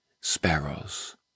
sparrows